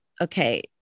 Okay